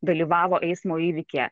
dalyvavo eismo įvykyje